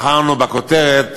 בחרנו בכותרת